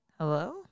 Hello